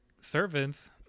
servants